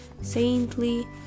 Saintly